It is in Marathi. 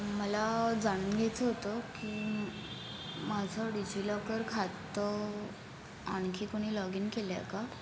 मला जाणून घ्यायचं होतं की माझं डिजीलॉकर खातं आणखी कोणी लॉगिन केलं आहे का